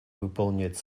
выполнять